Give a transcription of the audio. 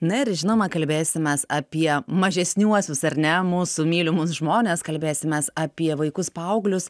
na ir žinoma kalbėsimės apie mažesniuosius ar ne mūsų mylimus žmones kalbėsimės apie vaikus paauglius